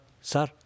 sir